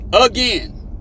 again